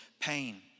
pain